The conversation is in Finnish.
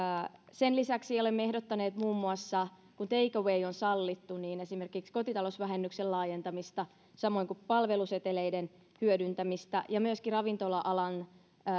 sen lisäksi olemme ehdottaneet kun take away on sallittu esimerkiksi kotitalousvähennyksen laajentamista samoin kuin palveluseteleiden hyödyntämistä ja myöskin ravintola alan